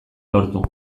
lortu